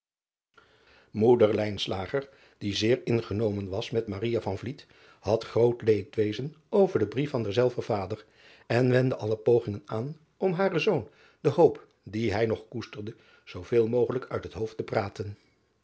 oeder die zeer ingenomen was met had groot leedwezen over den brief van derzelver vader en wendde alle pogingen aan om haren zoon de hoop die hij nog koesterde zooveel mogelijk uit het hoofd te praten